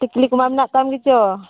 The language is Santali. ᱴᱤᱠᱞᱤ ᱠᱚᱢᱟ ᱢᱮᱱᱟᱜ ᱛᱟᱢ ᱜᱮᱪᱚ